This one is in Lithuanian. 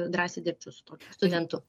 drąsiai dirbčiau su tokiu studentu